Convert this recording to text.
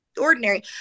ordinary